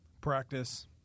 practice